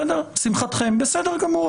בסדר גמור,